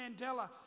Mandela